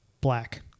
black